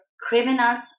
criminals